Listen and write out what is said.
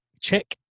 check